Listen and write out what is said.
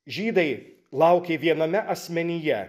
žydai laukė viename asmenyje